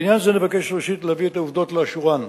בעניין זה אבקש להביא את העובדות לאשורן.